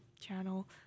channel